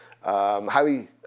highly